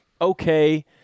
okay